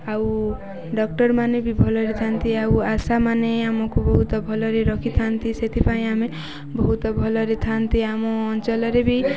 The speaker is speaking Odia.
ଆଉ ଡକ୍ଟର ମାନେ ବି ଭଲରେ ଥାଆନ୍ତି ଆଉ ଆଶା ଆମକୁ ବହୁତ ଭଲରେ ରଖିଥାନ୍ତି ସେଥିପାଇଁ ଆମେ ବହୁତ ଭଲରେ ଥାଆନ୍ତି ଆମ ଅଞ୍ଚଳରେ ବି